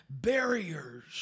barriers